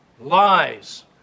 Lies